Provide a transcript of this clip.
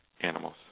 animals